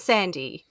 Sandy